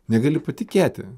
negaliu patikėti